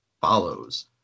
follows